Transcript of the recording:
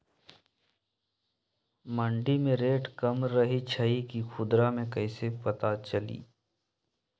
मंडी मे रेट कम रही छई कि खुदरा मे कैसे पता चली?